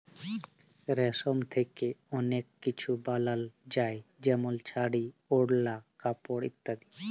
রেশম থ্যাকে অলেক কিছু বালাল যায় যেমল শাড়ি, ওড়লা, কাপড় ইত্যাদি